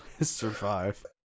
survive